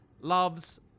loves